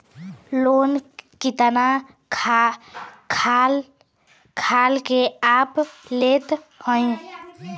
Loan कितना खाल के आप लेत हईन?